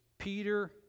Peter